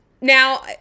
now